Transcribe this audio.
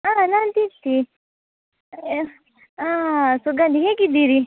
ಹಾಂ ನಾನು ದೀಪ್ತಿ ಹಾಂ ಸುಗಂಧಿ ಹೇಗಿದ್ದೀರಿ